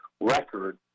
record